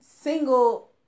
single